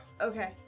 okay